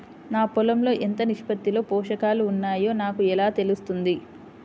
నా పొలం లో ఎంత నిష్పత్తిలో పోషకాలు వున్నాయో నాకు ఎలా తెలుస్తుంది?